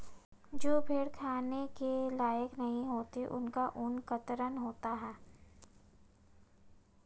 जो भेड़ें खाने के लायक नहीं होती उनका ऊन कतरन होता है